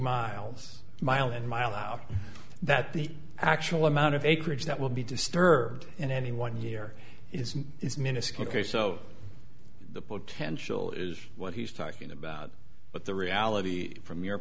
miles mile and mile out that the actual amount of acreage that will be disturbed in any one year is is minuscule k so the potential is what he's talking about but the reality from your